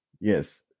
Yes